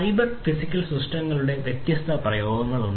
cyber physical സിസ്റ്റങ്ങളുടെ വ്യത്യസ്ത പ്രയോഗങ്ങളുണ്ട്